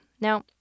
Now